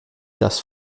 das